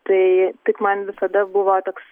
tai tik man visada buvo toks